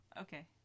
Okay